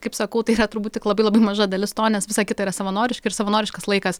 kaip sakau tai turbūt tik labai labai maža dalis to nes visa kita yra savanoriška ir savanoriškas laikas